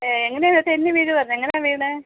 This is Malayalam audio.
എങ്ങനെയാ തെന്നി വീഴുവായിരുന്നോ എങ്ങനെയാ വീണത്